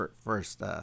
First